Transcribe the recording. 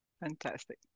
Fantastic